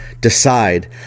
decide